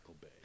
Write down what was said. Bay